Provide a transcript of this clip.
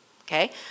Okay